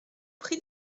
prie